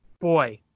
Boy